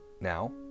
Now